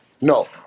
No